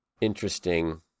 interesting